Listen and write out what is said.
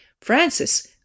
Francis